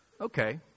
Okay